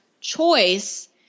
choice